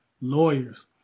lawyers